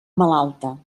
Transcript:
malalta